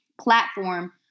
platform